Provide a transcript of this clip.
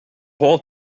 whole